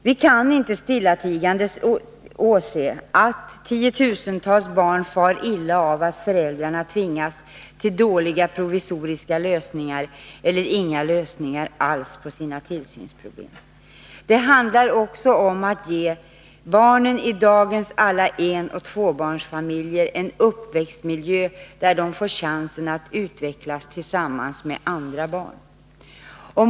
Vi kan inte stillatigande åse att tiotusentals barn far illa genom att föräldrarna tvingas till dåliga provisoriska lösningar eller inga lösningar alls på sina tillsynsproblem. Det handlar också om att ge barnen i dagens alla enoch tvåbarnsfamiljer en uppväxtmiljö där de får chansen att utvecklas tillsammans med andra barn.